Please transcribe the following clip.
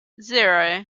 zero